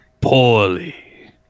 poorly